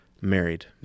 married